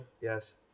Yes